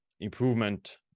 improvement